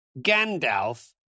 gandalf